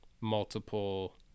multiple